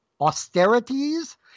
austerities